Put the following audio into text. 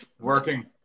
Working